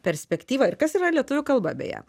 perspektyvą ir kas yra lietuvių kalba beje